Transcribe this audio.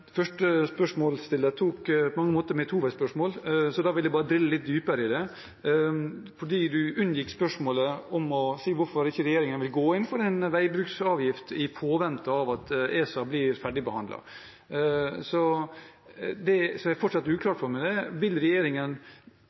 Første spørsmålsstiller tok på mange måter mitt hovedspørsmål, så da vil jeg bare drille litt dypere i det. Du unngikk spørsmålet om hvorfor regjeringen ikke vil gå inn for en veibruksavgift i påvente av at ESA ferdigbehandler saken. Det som fortsatt er uklart for meg, er: Vil regjeringen